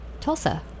tulsa